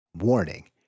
Warning